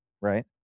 right